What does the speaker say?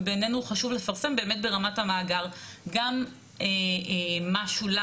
ובעינינו חשוב לפרסם באמת ברמת המאגר, גם מה נקבע